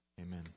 amen